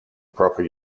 proper